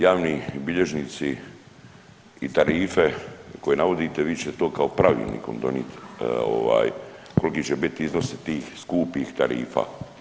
Javni bilježnici i tarife koje navodite vi ćete to kao Pravilnikom donijeti koliki će biti iznosi tih skupih tarifa.